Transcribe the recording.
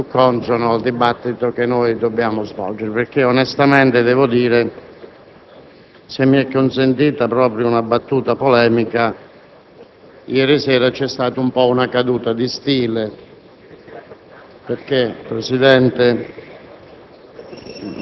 la questione in un alveo che è molto più consono al dibattito che dobbiamo svolgere, perché onestamente devo dire, se mi è consentita una battuta polemica, che ieri sera c'è stata una caduta di stile,